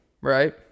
right